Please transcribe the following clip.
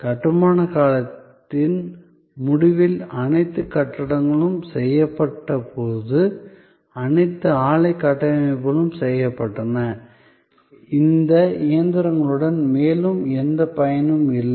கட்டுமானக் காலத்தின் முடிவில் அனைத்து கட்டிடங்களும் செய்யப்பட்ட போது அனைத்து ஆலை கட்டமைப்புகளும் செய்யப்பட்டன இந்த இயந்திரங்களுக்கு மேலும் எந்தப் பயனும் இல்லை